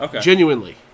Genuinely